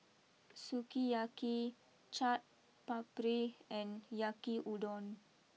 Sukiyaki Chaat Papri and Yakiudon